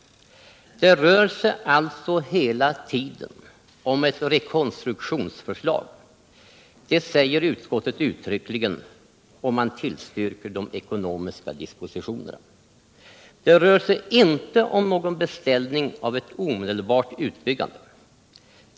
Det rör sig alltså hela tiden om ett rekonstruktionsförslag. Det säger utskottet uttryckligen, och man tillstyrker de ekonomiska dispositionerna. Det rör sig inte om någon beställning av ett omedelbart utbyggande.